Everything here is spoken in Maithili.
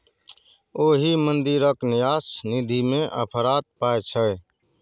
ओहि मंदिरक न्यास निधिमे अफरात पाय छै